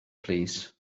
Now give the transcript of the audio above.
plîs